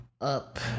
up